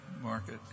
market